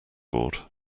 board